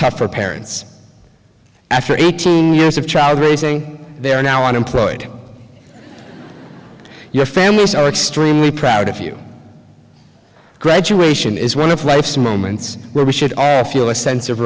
tough for parents after eighteen years of child raising they are now unemployed your families are extremely proud of you graduation is one of life's moments where we should all have feel a sense of